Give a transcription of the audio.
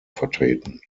vertreten